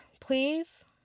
please